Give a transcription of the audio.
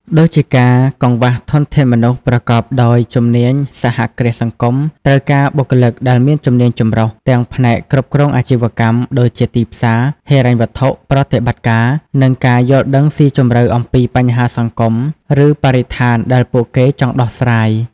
ដូចជាការកង្វះធនធានមនុស្សប្រកបដោយជំនាញសហគ្រាសសង្គមត្រូវការបុគ្គលិកដែលមានជំនាញចម្រុះ ទាំងផ្នែកគ្រប់គ្រងអាជីវកម្ម ដូចជាទីផ្សារ ហិរញ្ញវត្ថុ ប្រតិបត្តិការ និងការយល់ដឹងស៊ីជម្រៅអំពីបញ្ហាសង្គម ឬបរិស្ថានដែលពួកគេចង់ដោះស្រាយ ។